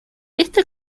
esta